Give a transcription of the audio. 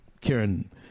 Karen